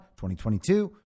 2022